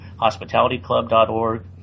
HospitalityClub.org